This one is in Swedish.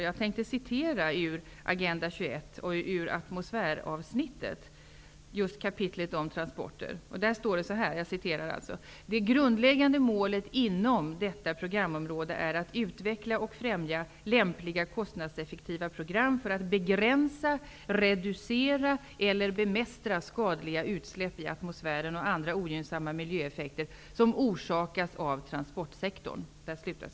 Jag skall citera ur Agenda 21, just kapitlet om transporter i atmosfäravsnittet: ''Det grundläggande målet inom detta programområde är att utveckla och främja lämpliga kostnadseffektiva program för att begränsa, reducera eller bemästra skadliga utsläpp i atmosfären och andra ogynnsamma miljöeffekter som orsakats av transportsektorn.''